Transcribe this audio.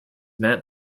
met